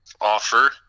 offer